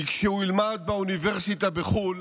כשהוא ילמד באוניברסיטה בחו"ל